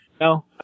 No